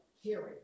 hearing